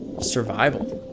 survival